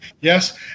yes